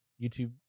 youtube